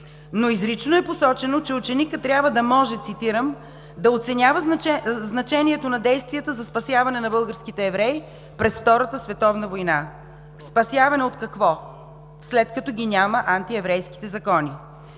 но изрично е посочено, че ученикът трябва да може, цитирам: „да оценява значението на действията за спасяването на българските евреи през Втората световна война“. Спасяване от какво, след като ги няма антиеврейските закони?